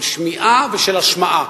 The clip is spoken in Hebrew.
של שמיעה ושל השמעה.